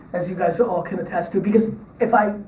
as you guys so all can attest to, because if i,